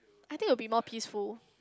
I think will be more peaceful